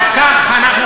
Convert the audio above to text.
או נבכה, אדוני.